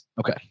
Okay